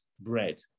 bread